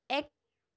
এক